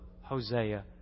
Hosea